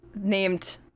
named